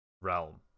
realm